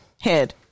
head